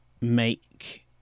make